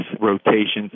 rotations